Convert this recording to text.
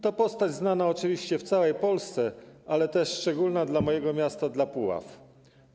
To postać znana oczywiście w całej Polsce, ale też szczególna dla mojego miasta, dla Puław.